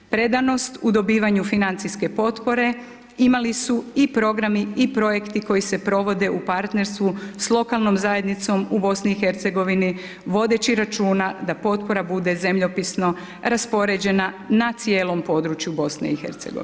Predanost u dobivanju financijske potpore, imali su i programi i projekti koji se provode u partnerstvu s lokalnom zajednicom u BIH, vodeći računa da potpora bude zemljopisno raspoređena na cijelom području BIH.